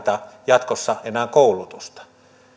ei tarvita jatkossa enää koulutusta